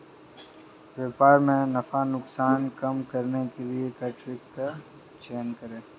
व्यापार में नफा नुकसान कम करने के लिए कर टैरिफ का चयन करे